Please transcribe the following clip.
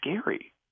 scary